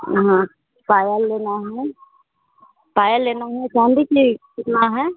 हाँ पायल लेना है पायल लेना है चाँदी कितना है